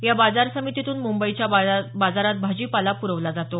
या बाजार समितीतून मुंबईच्या बाजारात भाजीपाला प्रवला जातो